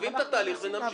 נבין את התהליך --- יואב,